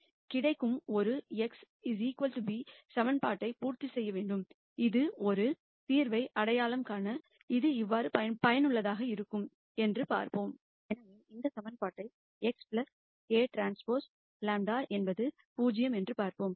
கிடைக்கும் அது ஒரு x b சமன்பாட்டை பூர்த்தி செய்ய வேண்டும் இது ஒரு தீர்வை அடையாளம் காண இது எவ்வாறு பயனுள்ளதாக இருக்கும் என்று பார்ப்போம் எனவே இந்த சமன்பாட்டை x Aᵀ λ என்பது 0 என்று பார்ப்போம்